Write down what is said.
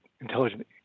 intelligent